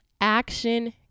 Action